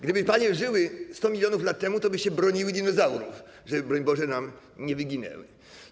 Gdybyście panie żyły 100 mln lat temu, tobyście broniły dinozaurów, żeby broń Boże nam nie wyginęły.